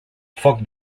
foc